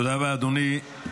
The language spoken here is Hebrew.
תודה רבה, אדוני.